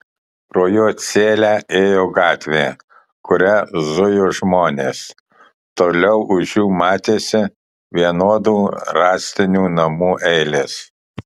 pro jo celę ėjo gatvė kuria zujo žmonės toliau už jų matėsi vienodų rąstinių namų eilės